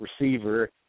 receiver